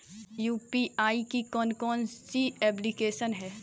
UPI की कौन कौन सी एप्लिकेशन हैं?